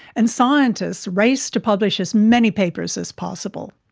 and scientists race to publish as many papers as possible.